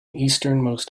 easternmost